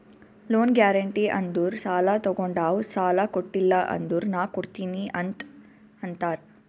loan guarantee ಅಂದುರ್ ಸಾಲಾ ತೊಗೊಂಡಾವ್ ಸಾಲಾ ಕೊಟಿಲ್ಲ ಅಂದುರ್ ನಾ ಕೊಡ್ತೀನಿ ಅಂತ್ ಅಂತಾರ್